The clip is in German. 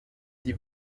die